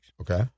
Okay